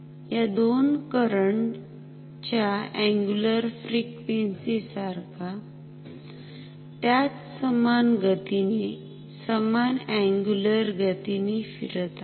या दोन करंट्स च्या अंगुलर फ्रिक्वेन्सी सारखा त्याच समान गतीने समान अंगुलर गतीने फिरत आहे